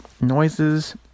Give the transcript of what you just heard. noises